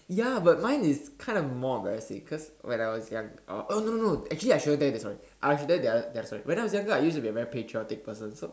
ya but mine is kinda more embarrassing cause when I was young uh oh no no no actually I shouldn't tell you this story I should tell you the other the other story when I was younger I used to be a very patriotic person so